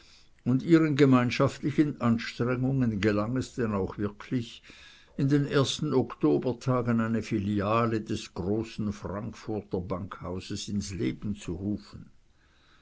und ihren gemeinschaftlichen anstrengungen gelang es denn auch wirklich in den ersten oktobertagen eine filiale des großen frankfurter bankhauses ins leben zu rufen